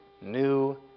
new